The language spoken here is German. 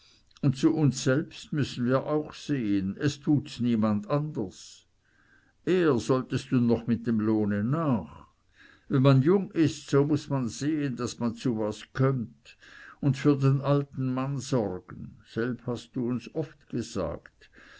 und zu uns selbst müssen wir auch sehen es tuts niemand anders eher solltest du noch mit dem lohn nach wenn man jung ist so muß man sehen daß man zu etwas kömmt und für den alten mann sorgen selb hast du uns oft gesagt